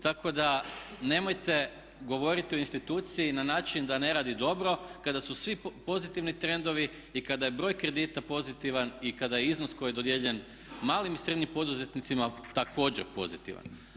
Tako da nemojte govoriti o instituciji na način da ne radi dobro kada su svi pozitivni trendovi i kada je broj kredita pozitivan i kada je iznos koji je dodijeljen malim i srednjim poduzetnicima također pozitivan.